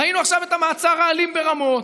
ראינו עכשיו את המעצר האלים ברמות.